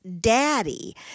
daddy